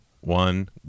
one